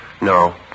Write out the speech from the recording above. No